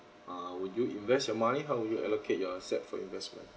err would you invest your money how would you allocate your asset for investment